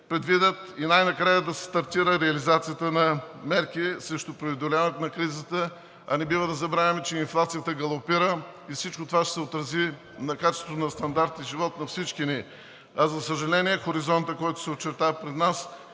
предвидят и най-накрая да се стартира реализацията на мерки срещу преодоляването на кризата. А не бива да забравяме, че инфлацията галопира и всичко това ще се отрази на качеството на стандарт на живот на всички ни. За съжаление, хоризонтът, който се очертава пред нас,